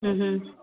હમ હં